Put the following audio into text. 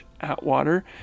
atwater